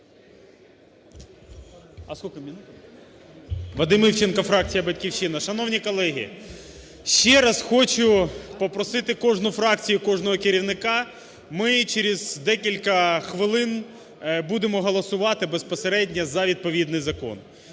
Вадим Івченко, фракція "Батьківщина". Шановні колеги, ще раз хочу попросити кожну фракцію, кожного керівника. Ми через декілька хвилин будемо голосувати безпосередньо за відповідний закон.